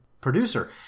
producer